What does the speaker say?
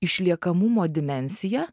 išliekamumo dimensiją